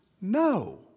No